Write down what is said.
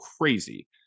crazy